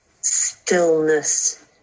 stillness